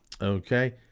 Okay